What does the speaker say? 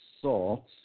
salt